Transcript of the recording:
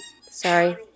Sorry